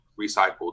recycled